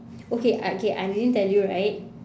okay I okay I didn't tell you right